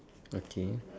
okay